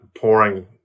pouring